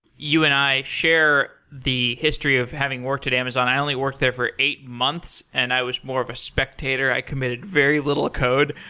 you and i share the history of having worked at amazon. i only worked there for eight months, and i was more of a spectator. i committed very little code.